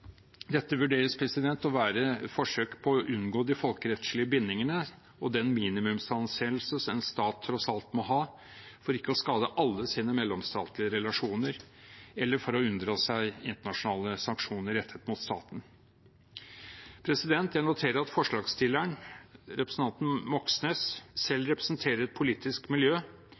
Dette vurderes å være forsøk på å unngå de folkerettslige bindingene og den minimumsanseelse en stat tross alt må ha for ikke å skade alle sine mellomstatlige relasjoner eller unndra seg internasjonale sanksjoner rettet mot staten. Jeg noterer at forslagsstilleren, representanten Moxnes, selv representerer et politisk miljø